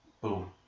boom